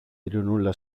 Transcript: ειρηνούλα